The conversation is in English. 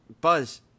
Buzz